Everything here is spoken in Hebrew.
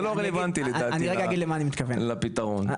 זה לא רלוונטי לדעתי לפתרון.